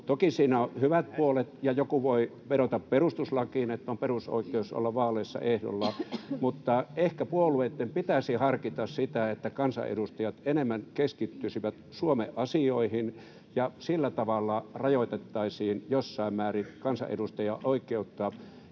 Toki siinä on hyvät puolet, ja joku voi vedota perustuslakiin siinä, että on perusoikeus olla vaaleissa ehdolla, mutta ehkä puolueitten pitäisi harkita sitä, että kansanedustajat enemmän keskittyisivät Suomen asioihin ja sillä tavalla rajoitettaisiin jossain määrin kansanedustajan oikeutta,